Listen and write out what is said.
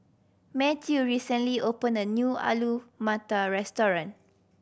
Mathew recently opened a new Alu Matar Restaurant